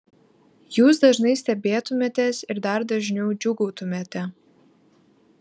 jūs dažnai stebėtumėtės ir dar dažniau džiūgautumėte